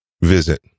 visit